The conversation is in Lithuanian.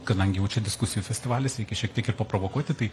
kadangi jau čia diskusijų festivalis reikia šiek tiek ir paprovokuoti tai